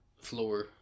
floor